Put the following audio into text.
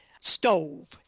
stove